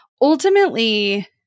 Ultimately